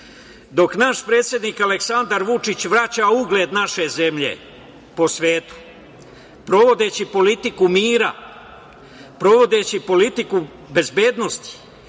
naš predsednik Aleksandar Vučić vraća ugled naše zemlje po svetu, sprovodeći politiku mira, sprovodeći politiku bezbednosti